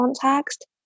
context